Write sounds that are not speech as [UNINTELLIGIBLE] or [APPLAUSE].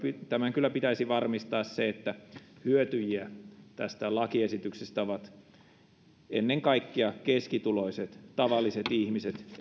tämän kyllä pitäisi varmistaa se että hyötyjiä tästä lakiesityksestä ovat ennen kaikkea keskituloiset tavalliset ihmiset [UNINTELLIGIBLE]